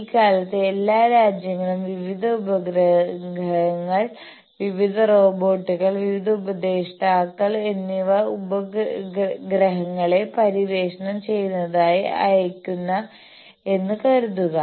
ഇക്കാലത്ത് എല്ലാ രാജ്യങ്ങളും വിവിധ ഉപഗ്രഹങ്ങൾ വിവിധ റോബോട്ടുകൾ വിവിധ ഉപദേഷ്ടാക്കൾ എന്നിവ ഗ്രഹങ്ങളെ പര്യവേക്ഷണം ചെയ്യുന്നതിനായി അയക്കുന്നു എന്ന് കരുതുക